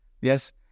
Yes